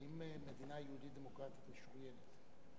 האם מדינה יהודית דמוקרטית משוריינת,